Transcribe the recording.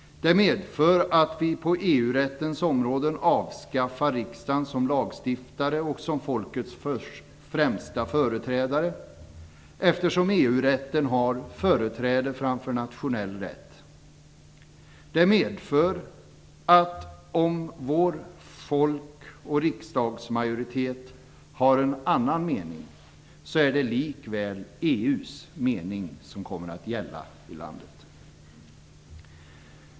Det medför att vi på EU-rättens områden avskaffar riksdagen som lagstiftare och som folkets främsta företrädare, eftersom EU-rätten har företräde framför nationell rätt. Det medför att om vår folk och riksdagsmajoritet har en annan mening, är det likväl EU:s mening som kommer att gälla i landet.